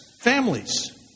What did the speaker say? families